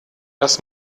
das